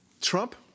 Trump